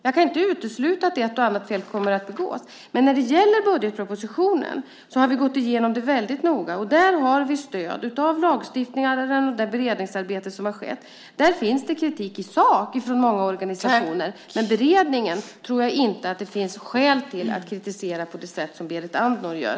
Jag kan inte utesluta att ett och annat fel kommer att begås, men när det gäller budgetpropositionen har vi gått igenom den mycket noga och där har vi stöd av lagstiftningen och det beredningsarbete som skett. Det finns kritik i sak från många organisationer, men beredningen tror jag inte att det finns skäl att kritisera på det sätt som Berit Andnor gör.